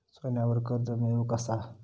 सोन्यावर कर्ज मिळवू कसा?